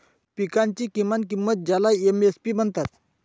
पिकांची किमान किंमत ज्याला एम.एस.पी म्हणतात